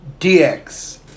DX